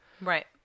Right